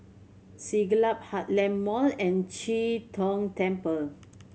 Siglap Heartland Mall and Chee Tong Temple